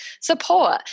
support